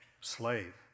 slave